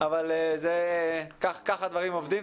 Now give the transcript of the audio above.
אבל כך הדברים עובדים.